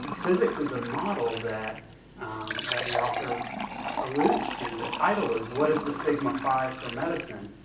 physics is a model that that the author alludes to. the title is what is the sigma five for medicine?